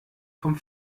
vom